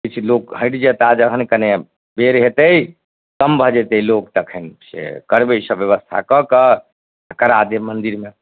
किछु लोक हटि जएताह जखन कने बेर हेतै कम भऽ जेतै लोक तखन से करबै सब बेबस्था कऽ कऽ आओर करा देव मन्दिरमे